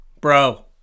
bro